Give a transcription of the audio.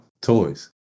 toys